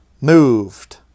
moved